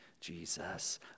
Jesus